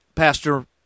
Pastor